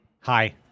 Hi